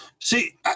See